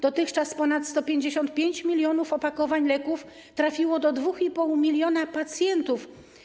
Dotychczas ponad 155 mln opakowań leków trafiło do 2,5 mln pacjentów.